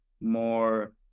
more